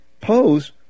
pose